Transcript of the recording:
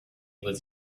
was